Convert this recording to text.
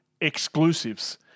exclusives